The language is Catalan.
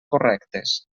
correctes